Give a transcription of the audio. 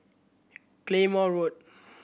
Claymore Road